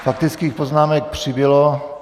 Faktických poznámek přibylo.